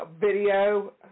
video